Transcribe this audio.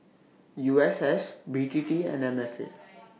U S S B T T and M F A